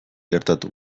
gertatu